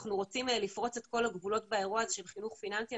אנחנו רוצים לפרוץ את כל הגבולות באירוע הזה של חינוך פיננסי.